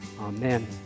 Amen